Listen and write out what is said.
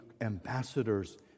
ambassadors